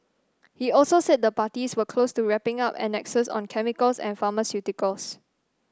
he also said the parties were close to wrapping up annexes on chemicals and pharmaceuticals